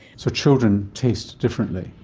so children taste differently?